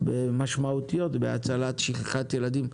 ומשמעותיות בהצלת ילדים שנשכחו.